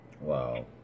Wow